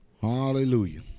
Hallelujah